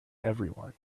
everyone